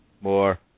More